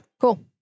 Cool